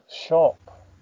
shop